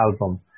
album